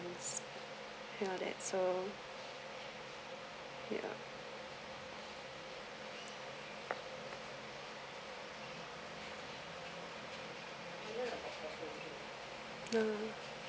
ya that so ya uh